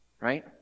Right